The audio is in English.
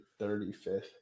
35th